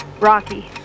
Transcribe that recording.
Rocky